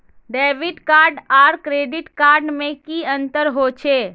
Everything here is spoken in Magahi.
डेबिट कार्ड आर क्रेडिट कार्ड में की अंतर होचे?